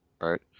right